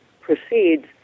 proceeds